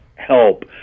help